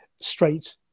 straight